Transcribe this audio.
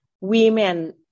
women